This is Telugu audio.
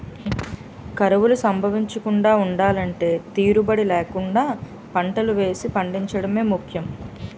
కరువులు సంభవించకుండా ఉండలంటే తీరుబడీ లేకుండా పంటలు వేసి పండించడమే ముఖ్యం